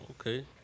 Okay